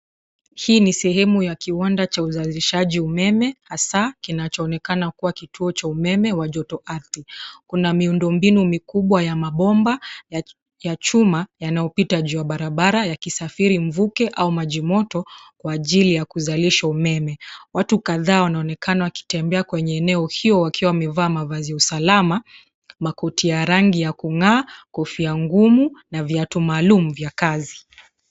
Hii ni sehemu ya kiwanda cha uzalishaji umeme, hasa, kinachonekana kuwa kituo cha umeme, wa joto ardhi. Kuna miundo mbinu mikubwa ya mabomba, ya chuma, yanayopita juu ya barabara, yakisafiri mvuke, au maji moto, kwa ajili ya kuzalisha umeme. Watu kadhaa wanaonekana wakitembea kwenye eneo hiyo wakiwa wamevaa mavazi ya usalama, makoti ya rangi ya kung'aa, kofia ngumu, na viatu maalum vya kazi.